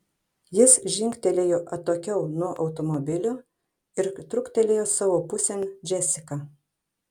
jis žingtelėjo atokiau nuo automobilio ir truktelėjo savo pusėn džesiką